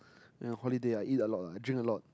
when I holiday I eat a lot I drink a lot